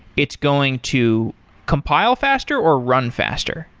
it's going to compile faster or run faster?